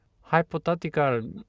Hypothetical